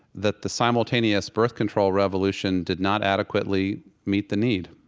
that the simultaneous birth control revolution did not adequately meet the need.